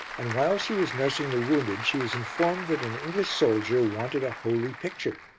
and while she was nursing the wounded she was informed that an english soldier wanted a holy picture.